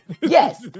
Yes